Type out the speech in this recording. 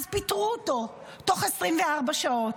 אז פיטרו אותו תוך 24 שעות.